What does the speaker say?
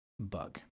Bug